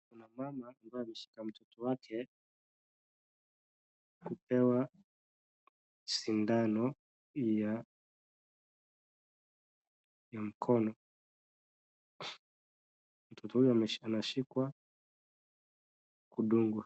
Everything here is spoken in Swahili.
Kuna mama ambaye ameshika mtoto wake akipewa sindano ya mkono. Mtoto huyo anashikwa kudugwa.